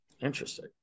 Interesting